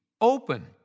open